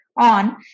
on